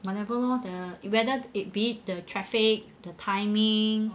whatever lor the weather it be it the traffic the timing